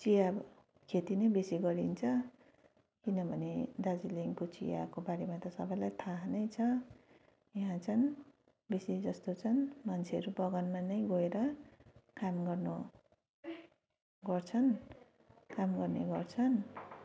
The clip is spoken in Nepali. चिया खेती नै बेसी गरिन्छ किनभने दार्जिलिङको चियाको बारेमा त सबैलाई थाहा नै छ यहाँ चाहिँ बेसी जस्तो चाहिँ मान्छेहरू बगानमा नै गएर काम गर्ने गर्छन् काम गर्ने गर्छन्